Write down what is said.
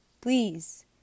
please